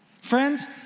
Friends